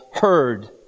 heard